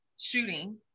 shooting